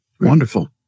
Wonderful